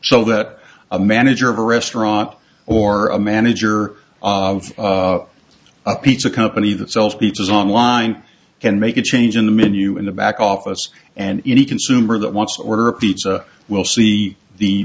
so that a manager of a restaurant or a manager of a pizza company that sells pizzas online can make a change in the menu in the back office and any consumer that wants order a pizza will see the